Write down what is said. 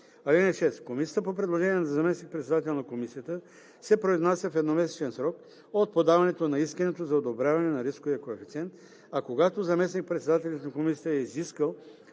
(6) Комисията по предложение на заместник-председателя на комисията се произнася в едномесечен срок от подаването на искането за одобряване на рисковия коефициент, а когато заместник-председателят на комисията е изискал